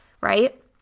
right